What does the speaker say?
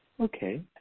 Okay